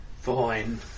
Fine